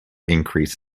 increase